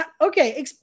okay